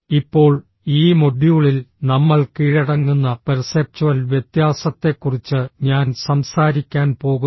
ഇപ്പോൾ ഈ മൊഡ്യൂളിൽ നമ്മൾ കീഴടങ്ങുന്ന പെർസെപ്ച്വൽ വ്യത്യാസത്തെക്കുറിച്ച് ഞാൻ സംസാരിക്കാൻ പോകുന്നു